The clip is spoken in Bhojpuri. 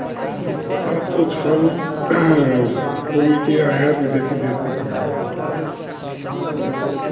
भारत कुछ फल कुल के आयत विदेशी देस से करेला